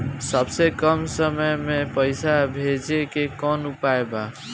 सबसे कम समय मे पैसा भेजे के कौन उपाय बा?